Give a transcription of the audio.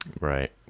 Right